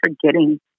forgetting